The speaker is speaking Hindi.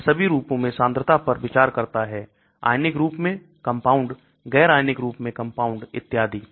यह सभी रूपों में सांद्रता पर विचार करता है आयनिक रूप में कंपाउंड गैर आयनिक रूप में कंपाउंड इत्यादि